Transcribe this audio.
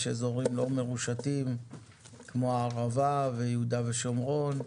יש אזורים לא מרושתים כמו הערבה ויהודה ושומרון,